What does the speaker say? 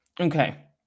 Okay